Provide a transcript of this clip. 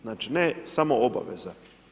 Znači ne samo obaveza.